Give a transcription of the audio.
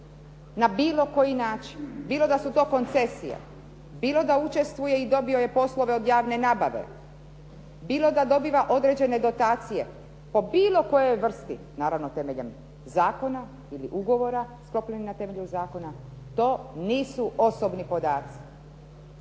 na bilo koji način, bilo da su to koncesije, bilo da učestvuje i dobio je poslove od javne nabave, bilo da dobiva određene dotacije po bilo kojoj vrsti, naravno temeljem zakona ili ugovora sklopljenog na temelju zakona, to nisu osobni podaci.